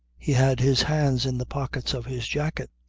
he had his hands in the pockets of his jacket,